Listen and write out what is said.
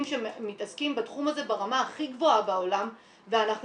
שמתעסקים בתחום הזה ברמה הכי גבוהה בעולם ואנחנו